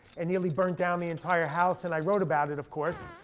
and nearly burnt down the entire house. and i wrote about it, of course.